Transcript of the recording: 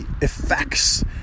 effects